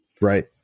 Right